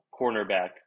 cornerback